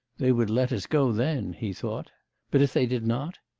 they would let us go then he thought but if they did not?